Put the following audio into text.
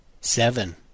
Seven